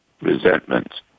resentment